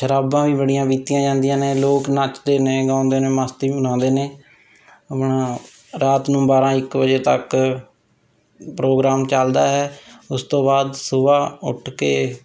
ਸ਼ਰਾਬਾਂ ਵੀ ਬੜੀਆਂ ਪੀਤੀਆਂ ਜਾਂਦੀਆਂ ਨੇ ਲੋਕ ਨੱਚਦੇ ਨੇ ਗਾਉਂਦੇ ਨੇ ਮਸਤੀ ਮਨਾਉਂਦੇ ਨੇ ਆਪਣਾ ਰਾਤ ਨੂੰ ਬਾਰਾਂ ਇੱਕ ਵਜੇ ਤੱਕ ਪ੍ਰੋਗਰਾਮ ਚੱਲਦਾ ਹੈ ਉਸ ਤੋਂ ਬਾਅਦ ਸੁਬਹ ਉੱਠ ਕੇ